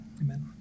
Amen